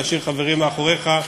להשאיר חברים מאחוריך.